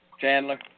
Chandler